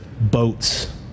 boats